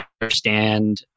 understand